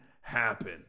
happen